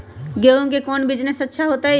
गेंहू के कौन बिजनेस अच्छा होतई?